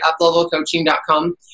uplevelcoaching.com